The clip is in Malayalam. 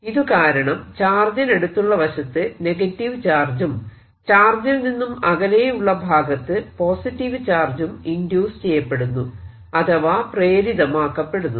ഇത് കാരണം ചാർജിനടുത്തുള്ള വശത്ത് നെഗറ്റീവ് ചാർജും ചാർജിൽ നിന്നും അകലെയുള്ള ഭാഗത്തു പോസിറ്റീവ് ചാർജും ഇൻഡ്യൂസ് ചെയ്യപ്പെടുന്നു അഥവാ പ്രേരിതമാക്കപ്പെടുന്നു